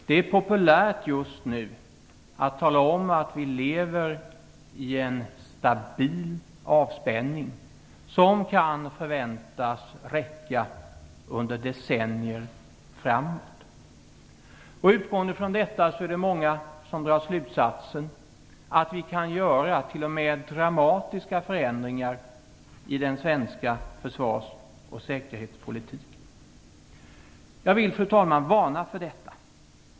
Det är just nu populärt att tala om att vi lever i en stabil avspänning som kan förväntas räcka under decennier framåt. Utgående från detta är det många som drar slutsatsen att vi kan göra t.o.m. dramatiska förändringar i den svenska försvars och säkerhetspolitiken. Fru talman! Jag vill varna för detta.